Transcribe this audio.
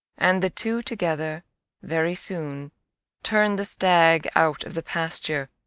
and the two together very soon turned the stag out of the pasture